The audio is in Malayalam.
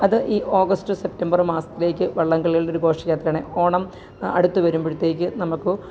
അത് ഈ ഓഗസ്റ്റ് സെപ്റ്റംബർ മാസത്തിലേക്ക് വള്ളംകളികളുടെ ഒരു ഘോഷയാത്രയെന്നു ഓണം അടുത്തു വരുമ്പോഴത്തേക്കും നമുക്ക്